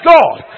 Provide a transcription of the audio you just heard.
God